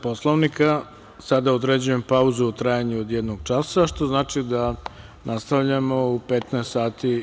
Poslovnika, određujem pauzu u trajanju od jednog časa, što znači da nastavljamo u 15.00 sati.